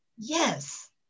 yes